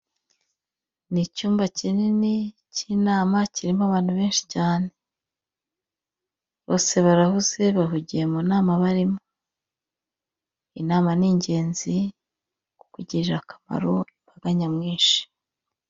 Ni icyumba kinini cy'inama kirimo abantu benshi cyane, bose barahuze, bahugiye mu nama barimo, inama ni Ingenzi kuko igirira akamaro imbaga nyamwinshi.